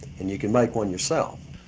and you can make one yourself.